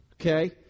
Okay